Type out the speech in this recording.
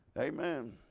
Amen